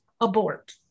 abort